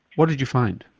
what did you find?